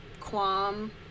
qualm